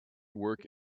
work